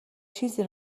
چیزی